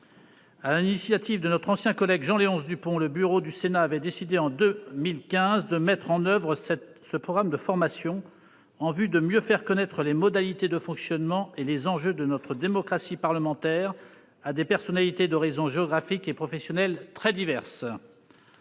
l'initiative de notre ancien collègue Jean Léonce Dupont, le bureau du Sénat avait décidé, en 2015, de mettre en oeuvre ce programme de formation, en vue de mieux faire connaître les modalités de fonctionnement et les enjeux de notre démocratie parlementaire à des personnalités d'horizons géographiques et professionnels très divers.